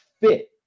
fit